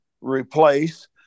replace